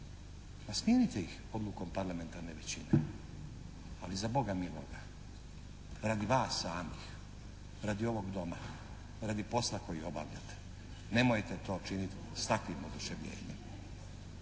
Pa smijenite ih odlukom parlamentarne većine, ali za Boga miloga, radi vas samih, radi ovog Doma, radi posla koji obavljate, nemojte to činiti s takvim oduševljenjem.